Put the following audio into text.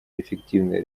эффективной